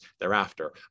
thereafter